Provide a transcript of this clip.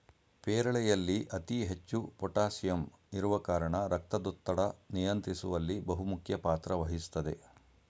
ಪೇರಳೆಯಲ್ಲಿ ಅತಿ ಹೆಚ್ಚು ಪೋಟಾಸಿಯಂ ಇರುವ ಕಾರಣ ರಕ್ತದೊತ್ತಡ ನಿಯಂತ್ರಿಸುವಲ್ಲಿ ಬಹುಮುಖ್ಯ ಪಾತ್ರ ವಹಿಸ್ತದೆ